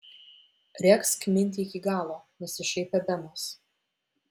regzk mintį iki galo nusišaipė benas